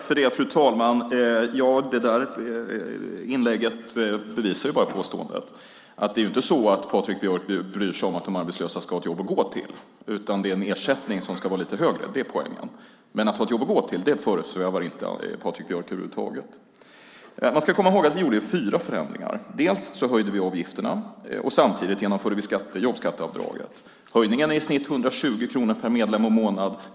Fru talman! Det där inlägget bevisar bara påståendet. Patrik Björck bryr sig inte om att de arbetslösa ska ha ett jobb att gå till, utan det är en lite högre ersättning som är poängen. Att de ska ha ett jobb att gå till föresvävar inte Patrik Björck över huvud taget. Man ska komma ihåg att vi gjorde fyra förändringar. Först höjde vi avgifterna, samtidigt som vi genomförde jobbskatteavdraget. Höjningen är i snitt 120 kronor per medlem och månad.